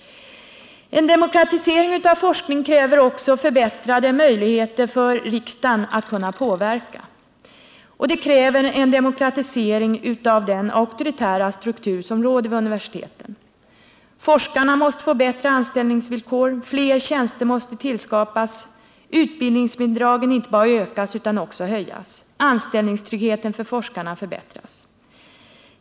En demokratisering av forskningen kräver också förbättrade möjligheter för riksdagen att påverka, och det kräver en demokratisering av den auktoritära struktur som råder vid universiteten. Forskarna måste få bättre anställningsvillkor, fler tjänster måste tillskapas och utbildningsbidragen inte bara utökas utan också höjas. Anställningstryggheten för forskarna måste förbättras.